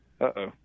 Uh-oh